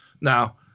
Now